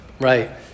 Right